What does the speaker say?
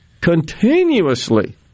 continuously